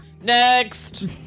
next